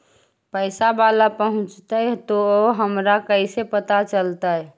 पैसा बाला पहूंचतै तौ हमरा कैसे पता चलतै?